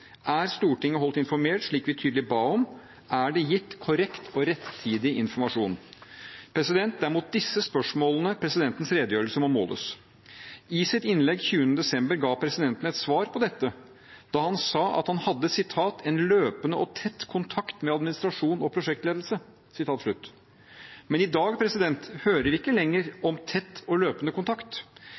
Er Stortinget holdt informert, slik vi tydelig ba om? Er det gitt korrekt og rettidig informasjon? Det er mot disse spørsmålene presidentens redegjørelse må måles. I sitt innlegg 20. desember ga presidenten et svar på dette da han sa at han hadde «løpende og tett kontakt med administrasjonen og prosjektledelsen». Men i dag hører vi ikke lenger om tett og løpende kontakt.